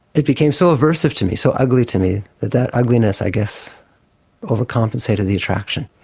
it became so aversive to me, so ugly to me that ugliness i guess overcompensated the attraction.